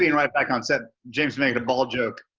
i mean right back on set. james made a ball joke.